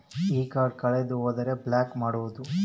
ಈ ಕಾರ್ಡ್ ಕಳೆದು ಹೋದರೆ ಬ್ಲಾಕ್ ಮಾಡಬಹುದು?